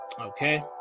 Okay